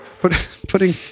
Putting